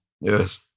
Yes